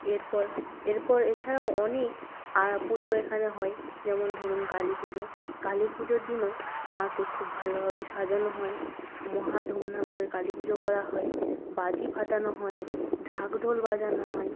এরপর এরপর এছাড়াও অনেক পুজো এখানে হয় যেমন ধরুন কালী পুজো কালী পুজোর দিনও মাকে খুব ভালোভাবে সাজানো হয় মহা ধূমধাম করে কালী পুজো করা হয় বাজি ফাটানো হয় ঢাক ঢোল বাজানো হয়